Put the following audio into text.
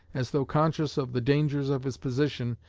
as though conscious of the dangers of his position,